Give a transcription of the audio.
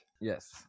yes